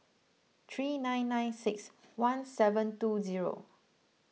three nine nine six one seven two zero